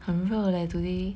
很热 leh today